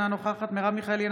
אינה נוכחת מרב מיכאלי,